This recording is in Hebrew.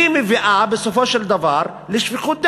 היא מביאה בסופו של דבר לשפיכות דמים.